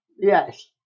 Yes